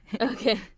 okay